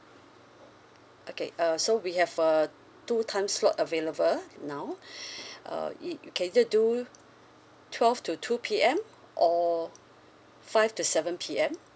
okay uh so we have uh two time slot available now uh it can you do twelve to two P_M or five to seven P_M